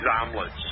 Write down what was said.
omelets